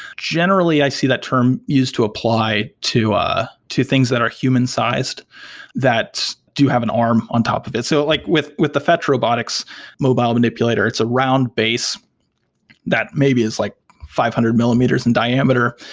generally, i see the term used to apply to ah to things that are human-sized that do have an arm on top of it. so like with with the fetch robotics mobile manipulator, it's around base that maybe is like five hundred millimeters in diameter.